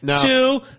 two